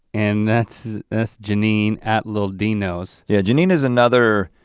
and that's jeanine at little dino's. yeah jeanine is another